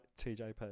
TJP